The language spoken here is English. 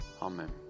Amen